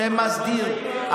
שמסדיר.